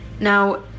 now